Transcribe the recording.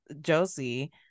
Josie